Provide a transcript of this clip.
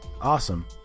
Awesome